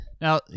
Now